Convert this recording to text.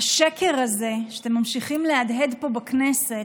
השקר הזה שאתם ממשיכים להדהד פה בכנסת